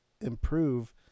improve